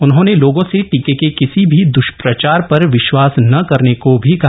उन्होंने लोगों से टीके के किसी भी द्वष्प्रचार पर विश्वास न करने को भी कहा